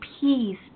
peace